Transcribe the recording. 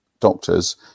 Doctors